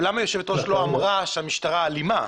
אגב, מעולם היושבת-ראש לא אמרה שהמשטרה אלימה.